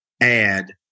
add